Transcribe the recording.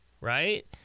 right